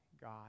God